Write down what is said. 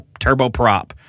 turboprop